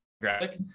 graphic